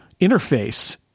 interface